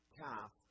calf